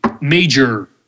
major